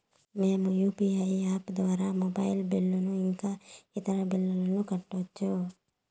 మేము UPI app ద్వారా mobile bill ఇంకా ఇతర బిల్లులను కట్టొచ్చు